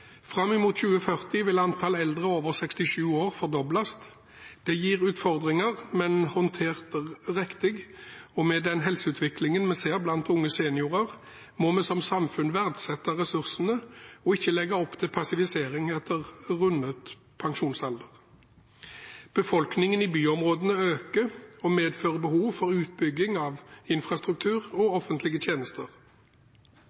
Fram mot 2040 vil antall eldre over 67 år fordobles. Det gir utfordringer, men håndtert riktig og med den helseutviklingen vi ser blant unge seniorer, må vi som samfunn verdsette ressursene og ikke legge opp til passivisering etter rundet pensjonsalder. Befolkningen i byområdene øker, og det medfører behov for utbygging av infrastruktur og offentlige tjenester.